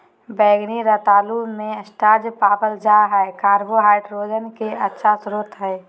बैंगनी रतालू मे स्टार्च पावल जा हय कार्बोहाइड्रेट के अच्छा स्रोत हय